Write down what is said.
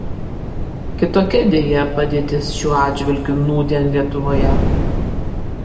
kitokia deja padėtis šiuo atžvilgiu nūdien lietuvoje